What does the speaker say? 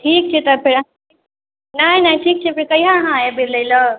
ठीक छै तहन फेर नहि नहि ठीक छै फेर कहिआ अहाँ अएबै लैलए